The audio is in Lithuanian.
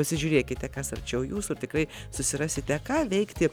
pasižiūrėkite kas arčiau jūsų ir tikrai susirasite ką veikti